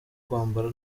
kwambara